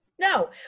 No